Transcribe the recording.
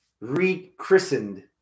rechristened